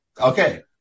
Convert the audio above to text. okay